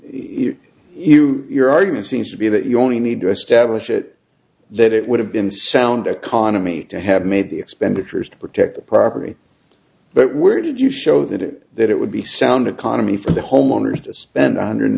and your argument seems to be that you only need to establish it that it would have been sound economy to have made the expenditures to protect the property but where did you show that it that it would be sound economy for the homeowners to spend one hundred